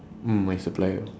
mm my supplier